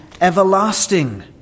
everlasting